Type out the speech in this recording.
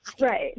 Right